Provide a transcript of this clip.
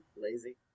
Lazy